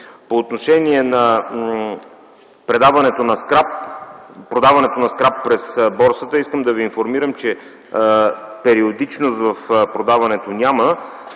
По отношение на продаването на скрап през борсата, искам да Ви информирам, че периодичност в продаването няма